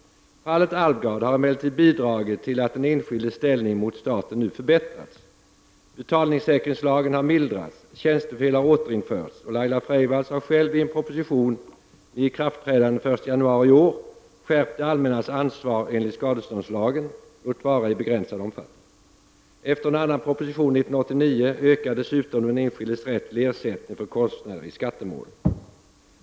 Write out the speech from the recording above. Fallet Alvgard har emellertid bidragit till att den enskildes ställning mot staten nu har förbättrats. Betalningssäkringslagen har mildrats, tjänstefel har återinförts och Laila Freivalds har själv i en proposition med ikraftträdande den 1 januari i år skärpt det allmännas ansvar enligt skadeståndslagen, låt vara i begränsad omfattning. Efter en annan proposition 1989 ökar dessutom den enskildes rätt till ersättning för kostnader i skattemål.